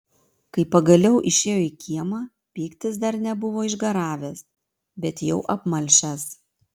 kai pagaliau išėjo į kiemą pyktis dar nebuvo išgaravęs bet jau apmalšęs